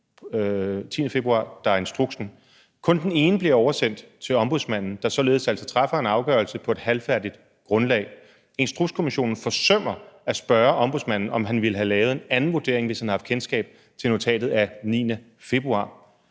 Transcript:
10. februar, der er instruksen. Kun den ene bliver oversendt til Ombudsmanden, der således altså træffer en afgørelse på et halvfærdigt grundlag. Instrukskommissionen forsømmer at spørge ombudsmanden, om han ville have lavet en anden vurdering, hvis han havde haft kendskab til notatet af 9. februar.